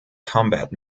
combat